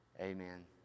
amen